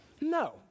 No